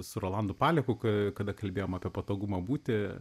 su rolandu paleku kai kada kalbėjom apie patogumą būti